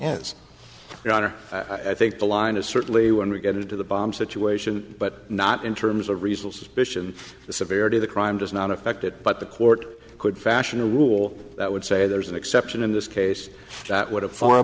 is your honor i think the line is certainly when we get into the bomb situation but not in terms of reasonable suspicion the severity of the crime does not affect it but the court could fashion a rule that would say there's an exception in this case that would have for